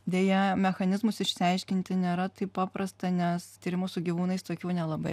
deja mechanizmus išsiaiškinti nėra taip paprasta nes tyrimų su gyvūnais tokių nelabai